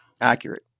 accurate